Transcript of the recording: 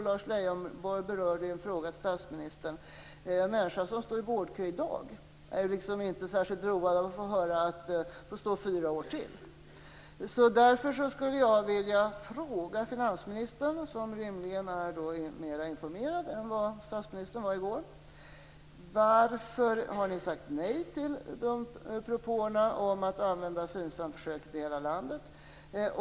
Lars Leijonborg berörde det i en fråga till statsministern. En människa som står i vårdkö i dag är inte särskilt road av att få höra att hon får stå där fyra år till. Därför skulle jag vilja fråga finansministern, som rimligen är mer informerad än statsministern var i går: Varför har ni sagt nej till propåerna om att använda FINSAM försöket i hela landet?